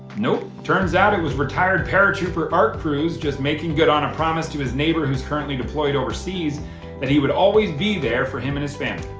nope, turns out it was retired paratrooper art crews just making good on a promise to his neighbor who's currently deployed overseas that he would always be there for him and his family.